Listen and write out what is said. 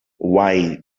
why